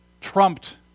trumped